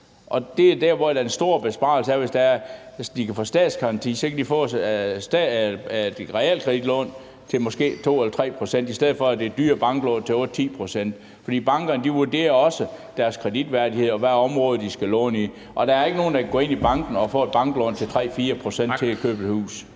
og det er der, hvor den store besparelse er, hvis de kan få en statsgaranti. Så kan de få et realkreditlån til måske 2 eller 3 pct., i stedet for at det er dyre banklån til 8-10 pct. For bankerne vurderer også deres kreditværdighed og hvad for områder de skal låne i, og der er ikke nogen, der kan gå ind i banken og få et banklån til 3-4 pct. til at købe et hus.